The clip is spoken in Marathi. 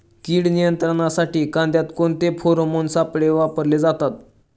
कीड नियंत्रणासाठी कांद्यात कोणते फेरोमोन सापळे वापरले जातात?